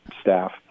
staff